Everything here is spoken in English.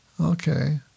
Okay